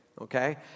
okay